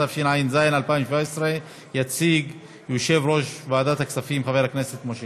התשע"ז 2017. יציג אותה יושב-ראש ועדת הכספים חבר הכנסת משה גפני,